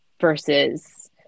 versus